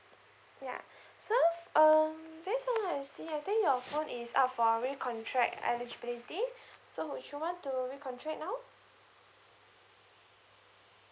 ya so um based on what I see I think your phone is up for recontract eligibility so would you want to recontract now